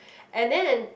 and then